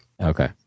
Okay